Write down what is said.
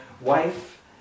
wife